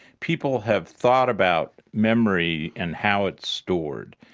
people have thought about memory and how it's stored.